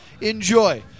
enjoy